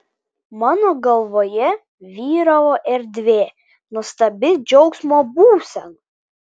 mano galvoje vyravo erdvė nuostabi džiaugsmo būsena